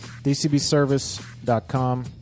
DCBService.com